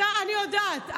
אני יודעת.